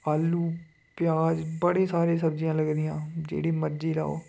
आलू प्याज बड़ी सारी सब्जियां लगदियां जेह्ड़ी मर्जी राहो